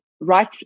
right